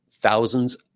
thousands